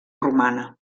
romana